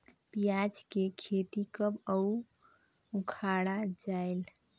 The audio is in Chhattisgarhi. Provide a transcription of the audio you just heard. पियाज के खेती कब अउ उखाड़ा जायेल?